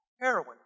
heroin